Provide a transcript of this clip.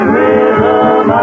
rhythm